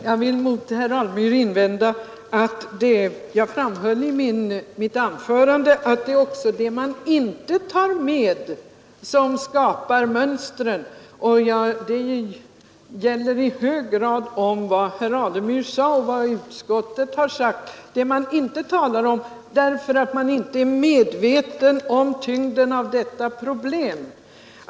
Herr talman! Jag vill mot herr Alemyr invända att jag i mitt anförande framhöll att det också är det man inte tar med som skapar mönstren. Detta gäller i hög grad om både vad herr Alemyr sade och vad utskottet har anfört, nämligen det man inte har sagt därför att man inte är medveten om tyngden hos detta problem!